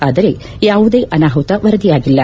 ಆದರೆ ಯಾವುದೇ ಅನಾಹುತ ವರದಿಯಾಗಿಲ್ಲ